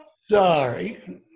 sorry